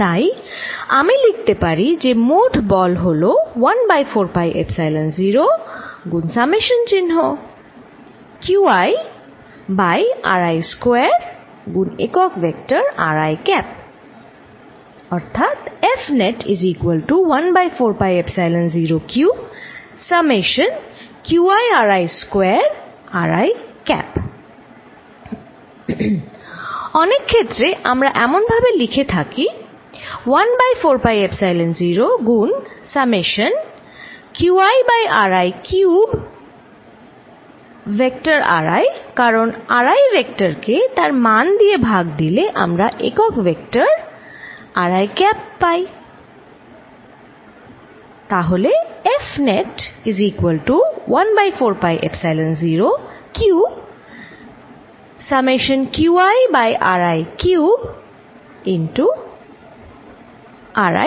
তাই আমি লিখতে পারি যে মোট বল হল 1 বাই 4 পাই এপসাইলন0 গুনq সামেশন চিহ্ন Qi বাই ri স্কয়ার গুন একক ভেক্টর ri ক্যাপ অনেক ক্ষেত্রে আমরা এমন ভাবে লিখে থাকি1বাই 4 পাই এপসাইলন0 গুনq সামেশন চিহ্নQiবাই ri কিউব ভেক্টর ri কারণ ri ভেক্টরকে তার মান দিয়ে ভাগ দিলে আমরা একক ভেক্টর ri ক্যাপ পাই